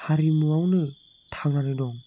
हारिमुआवनो थांनानै दं